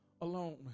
alone